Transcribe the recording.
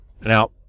Now